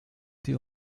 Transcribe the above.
die